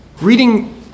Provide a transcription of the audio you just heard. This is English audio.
reading